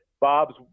Bob's